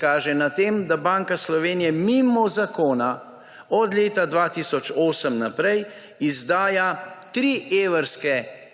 kaže na tem, da Banka Slovenije mimo zakona od leta 2008 naprej izdaja 3 evrske dvokovinske